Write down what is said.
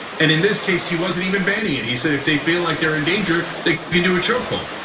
and in this case, he wasn't even banning it. he said if they feel like they're in danger, they can do a chokehold.